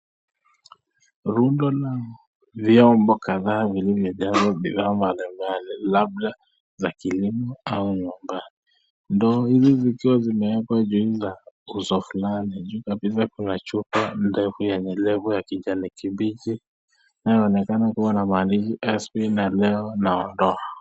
Rundo la viombo kadhaa viliyojazwa bidhaa mbalimbali, labda za kilimo dawa hizi likiwa limewekwa juu ya kuzo fulani kuna chupa ya rangi kijani kibichi, inayoenekana kuwa na maandishi SP na leo.